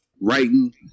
writing